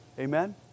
Amen